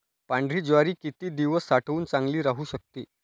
पांढरी ज्वारी किती दिवस साठवून चांगली राहू शकते?